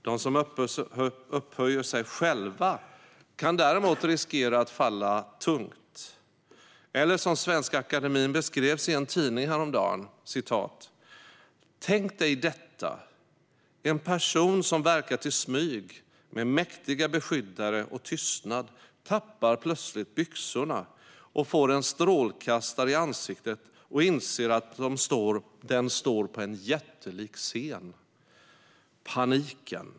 De som upphöjer sig själva kan däremot riskera att falla tungt. Svenska Akademien beskrevs så här i en tidning häromdagen: Tänk dig detta: En person som verkat i smyg, med mäktiga beskyddare och tystnad, tappar plötsligt byxorna och får en strålkastare i ansiktet och inser att den står på en jättelik scen - paniken.